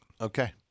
Okay